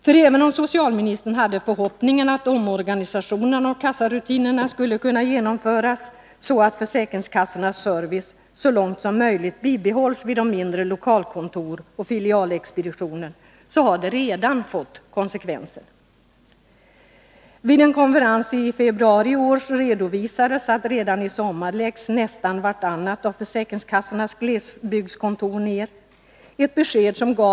För även om socialministern hade förhoppningen att omorganisationen av kassarutinerna skulle kunna genomföras så, att försäkringskassornas service så långt som möjligt bibehålls vid mindre lokalkontor och filialexpeditioner, har denna omorganisation redan fått konsekvenser i detta avseende. Vid en konferens i februari i år redovisades att nästan vart annat av försäkringskassornas glesbygdskontor kommer att läggas ner redan i sommar.